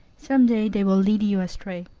some day they will lead you astray.